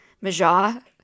Majah